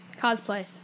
cosplay